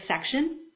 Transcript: section